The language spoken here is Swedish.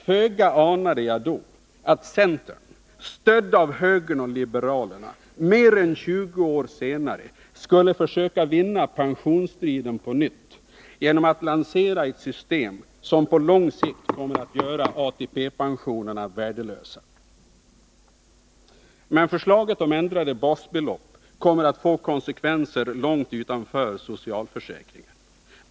Föga anade jag då att centern, stödd av högern och liberalerna, mer än 20 år senare skulle försöka vinna pensionsstriden på nytt genom att lansera ett system som på lång sikt kommer att göra ATP-pensionerna värdelösa. Men förslaget om ändrade basbelopp kommer att få konsekvenser långt utanför socialförsäkringen.